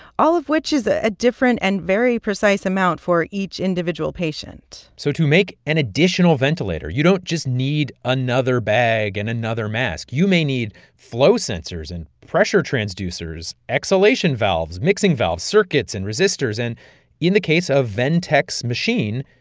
all of which is a different and very precise amount for each individual patient so to make an additional ventilator, you don't just need another bag and another mask. you may need flow sensors and pressure transducers, exhalation valves, mixing valves, circuits and resistors, and in the case of ventec's machine,